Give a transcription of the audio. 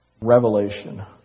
Revelation